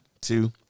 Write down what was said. two